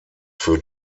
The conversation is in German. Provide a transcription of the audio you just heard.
für